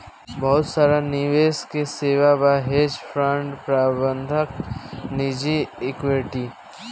बहुत सारा निवेश के सेवा बा, हेज फंड प्रबंधन निजी इक्विटी